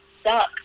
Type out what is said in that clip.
stuck